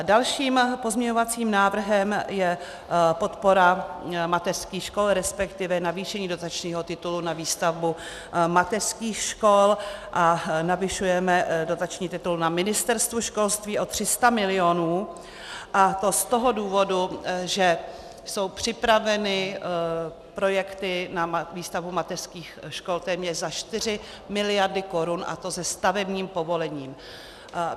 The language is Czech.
Dalším pozměňovacím návrhem je podpora mateřských škol, respektive navýšení dotačního titulu na výstavbu mateřských škol, a navyšujeme dotační titul na Ministerstvu školství o 300 milionů, a to z toho důvodu, že jsou připraveny projekty na výstavbu mateřských škol téměř za 4 miliardy korun, a to se stavebním povolením.